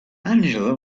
angela